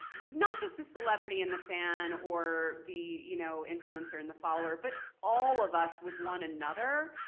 not just the celebrity and the fan or the you know influencer and the follower, but all of us with one another,